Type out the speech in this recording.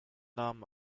namen